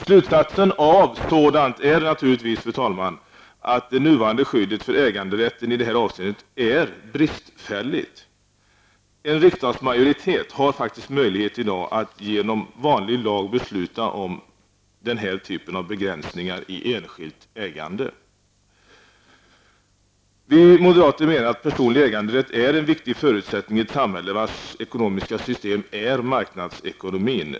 Slutsatsen av detta är naturligtvis, fru talman, att det nuvarande skyddet för äganderätten i det här avseendet är bristfälligt. En riksdagsmajoritet har faktiskt i dag möjlighet att genom vanlig lag besluta om den här typen av begränsningar i enskilt ägande. Vi moderater anser att personlig äganderätt är en viktig förutsättning i ett samhälle vars ekonomiska system är marknadsekonomin.